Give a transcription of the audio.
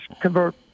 convert